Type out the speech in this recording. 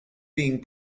being